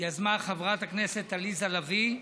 חברת כנסת עליזה לביא,